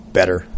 better